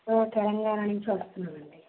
తెలంగాణ నుంచి వస్తున్నానండి